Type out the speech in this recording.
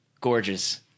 gorgeous